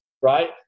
Right